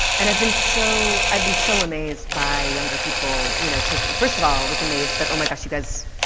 and i've been so, i've been so amazed by younger people, you know, taking, first of all, i was amazed that oh my gosh, you guys,